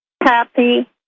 happy